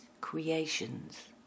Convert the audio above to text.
creations